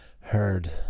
heard